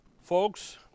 Folks